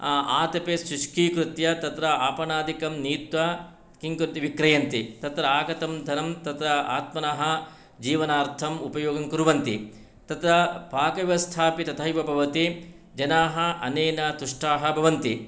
आतपे सुष्कीकुत्य तत्र आपणादिकं नीत्वा किं विक्रियन्ति तत्र आगतं धनं तत्र आत्मनः जीवनार्थम् उपयोगङ्कुर्वन्ति तत्र पाकव्यस्थापि तथैव भवति जनाः अनेन तुष्टाः भवन्ति